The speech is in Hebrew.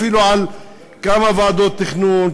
אפילו על כמה ועדות תכנון,